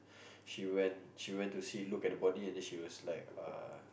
she went she went to see look at the body and she was like uh